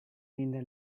linda